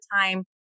time